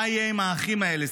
מה יהיה עם האחים האלה?